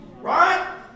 right